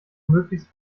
möglichst